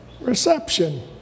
reception